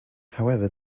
however